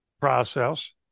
process